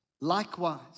likewise